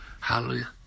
Hallelujah